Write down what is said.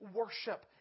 worship